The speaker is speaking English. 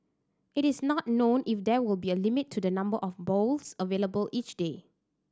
it is not known if there will be a limit to the number of bowls available each day